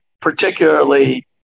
particularly